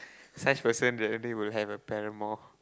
such person the other day will have a paramour